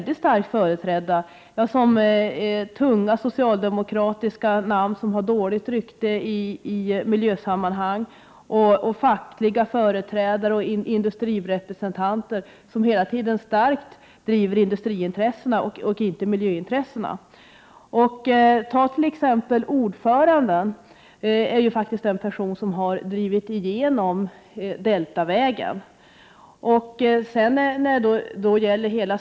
Jag tänker då på tunga socialdemokratiska namn som har dåligt rykte i miljösammanhang, fackliga företrädare och industrirepresentanter som hela tiden starkt driver industriintressena och inte miljöintressena. Ordförande är den person som har drivit igenom Deltavägen.